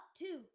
two